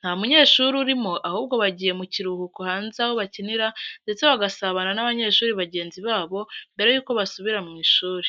Nta munyeshuri urimo, ahubwo bagiye mukiruhuko hanze, aho bakinira, ndetse bagasabana n'abanyeshuri bagenzi babo, mbere yuko basubira mu ishuri.